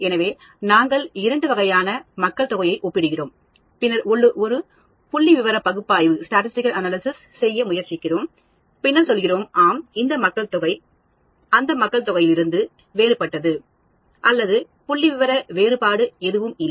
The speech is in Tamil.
எனவே நாங்கள் இரண்டு வகையான மக்கள்தொகைகளை ஒப்பிடுகிறோம் பின்னர் ஒரு புள்ளிவிவர பகுப்பாய்வு செய்ய முயற்சிக்கிறோம் பின்னர் சொல்கிறோம் ஆம் இந்த மக்கள் தொகை அந்த மக்கள்தொகையிலிருந்து வேறுபட்டது அல்லது புள்ளிவிவர வேறுபாடு எதுவும் இல்லை